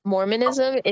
Mormonism